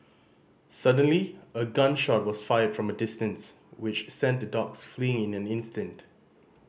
suddenly a gun shot was fired from a distance which sent the dogs fleeing in an instant